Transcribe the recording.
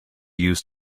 used